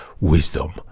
wisdom